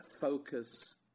focus